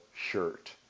shirt